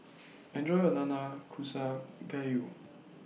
Enjoy your Nanakusa Gayu